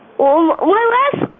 um our last